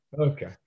Okay